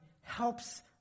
helps